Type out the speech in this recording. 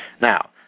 Now